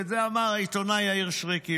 ואת זה אמר העיתונאי יאיר שרקי,